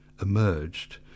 emerged